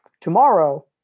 Tomorrow